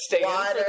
water